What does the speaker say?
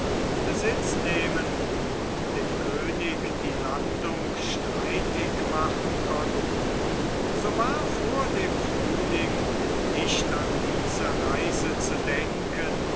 besitz nehmen und dem könig die landung streitig machen konnten so war vor dem frühling nicht an diese reise zu denken